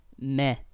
meh